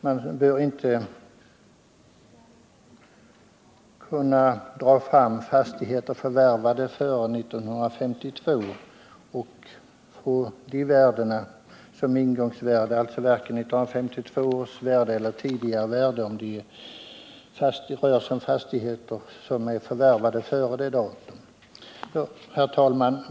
Man bör inte dra fram fastigheter förvärvade före 1952 och ta de värdena såsom ingångsvärde, alltså varken 1952 års värden eller tidigare värden om det rör sig om fastigheter som är förvärvade före detta datum. Herr talman!